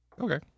okay